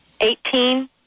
Eighteen